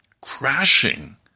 crashing